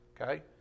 okay